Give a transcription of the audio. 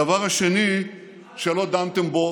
הדבר השני שלא דנתם בו,